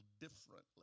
differently